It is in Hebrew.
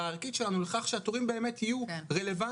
הערכית שלנו לכך שהתורים באמת יהיו רלבנטיים.